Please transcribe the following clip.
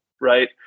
right